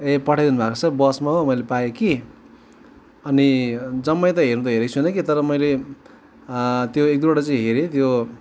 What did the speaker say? ए पठाइदिनु भएको छ बसमा हो मैले पाएँ कि अनि जम्मै त हेर्नु त हेरेको छुइनँ कि तर मैले त्यो एक दुईवटा हेरेँ त्यो